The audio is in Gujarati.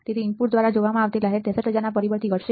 તેથી ઇનપુટ દ્વારા જોવામાં આવતી લહેર 63000 ના પરિબળથી ઘટશે